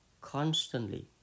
constantly